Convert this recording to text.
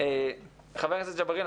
חבר הכנסת ג'בארין,